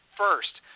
first